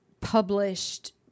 published